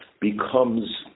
becomes